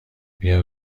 بیا